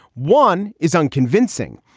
one is unconvincing.